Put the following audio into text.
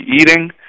eating